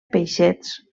peixets